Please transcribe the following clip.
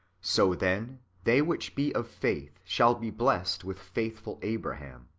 so then they which be of faith shall be blessed with faithful abraham.